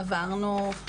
כן, עברנו.